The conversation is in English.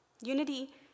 Unity